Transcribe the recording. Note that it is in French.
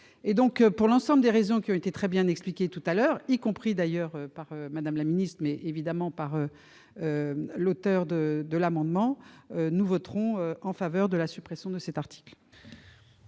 Pour l'ensemble des raisons qui ont été très bien expliquées précédemment, y compris, d'ailleurs, par Mme la ministre, mais aussi évidemment par les auteurs des amendements identiques, nous voterons en faveur de la suppression de cet article.